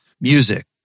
Music